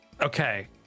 Okay